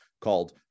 called